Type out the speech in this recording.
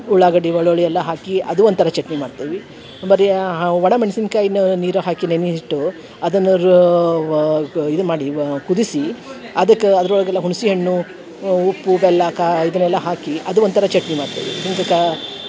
ಉಳ್ಳಾಗಡ್ಡೆ ಬೆಳ್ಳುಳ್ಳಿ ಎಲ್ಲ ಹಾಕಿ ಅದು ಒಂಥರ ಚಟ್ನಿ ಮಾಡ್ತೇವೆ ಬರೀ ಒಣ ಮೆಣ್ಸಿನಕಾಯ್ನ ನೀರ ಹಾಕಿ ನೆನೆ ಇಟ್ಟು ಅದನ್ನು ರೂ ವಾ ಇದು ಮಾಡಿ ವಾ ಕುದಿಸಿ ಅದಕ್ಕೆ ಅದರೊಳಗೆಲ್ಲ ಹುಣ್ಸೆ ಹಣ್ಣು ಉಪ್ಪು ಬೆಲ್ಲ ಕಾ ಇದನ್ನೆಲ್ಲ ಹಾಕಿ ಅದು ಒಂಥರ ಚಟ್ನಿ ಮಾಡ್ತೇವೆ